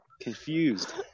confused